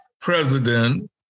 president